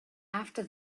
after